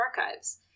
Archives